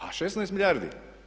A 16 milijardi?